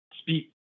speak